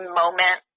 moment